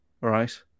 right